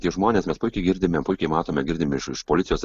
tie žmonės mes puikiai girdime puikiai matome girdime iš iš policijos